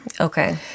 Okay